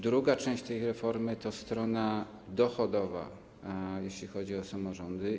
Druga część tej reformy to strona dochodowa, jeśli chodzi o samorządy.